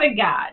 God